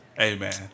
Amen